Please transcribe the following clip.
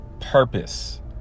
purpose